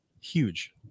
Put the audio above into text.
Huge